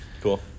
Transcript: Cool